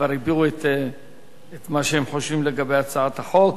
כבר הביעו את מה שהם חושבים לגבי הצעת החוק.